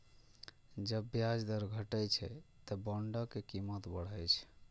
जब ब्याज दर घटै छै, ते बांडक कीमत बढ़ै छै